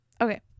okay